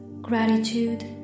gratitude